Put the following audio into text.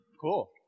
Cool